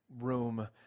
room